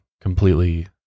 completely